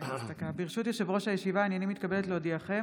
ברשות יושב-ראש הישיבה, הינני מתכבדת להודיעכם,